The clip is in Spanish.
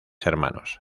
hermanos